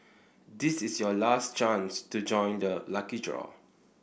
this is your last chance to join the lucky draw